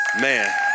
Man